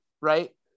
right